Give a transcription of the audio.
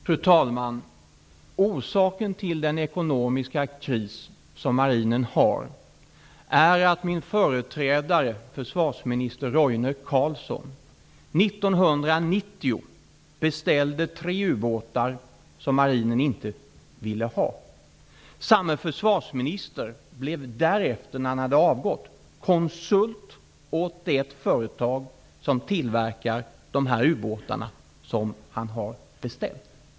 Fru talman! Orsaken till den ekonomiska kris som marinen har är att min företrädare, försvarsminister Roine Carlsson, 1990 beställde tre ubåtar som marinen inte ville ha. Samme försvarsminister blev efter det att han avgått konsult åt det företag som tillverkar de ubåtar som han hade beställt.